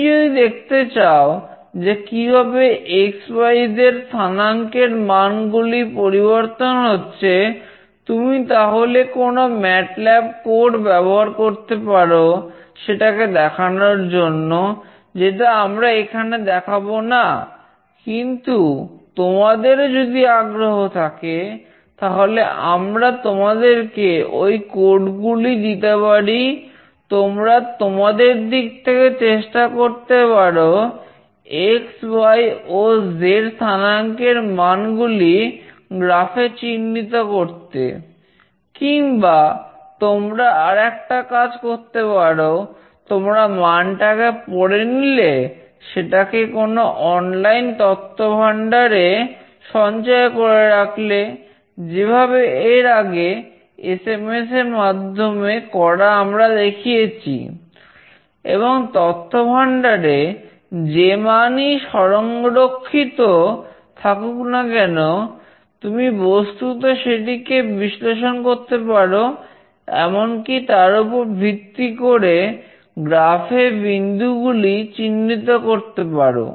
তুমি যদি দেখতে চাও যে কিভাবে x y z স্থানাঙ্কের মানগুলি পরিবর্তন হচ্ছে তুমি তাহলে কোন ম্যাটল্যাব এ বিন্দুগুলি চিহ্নিত করতে পারো